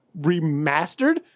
remastered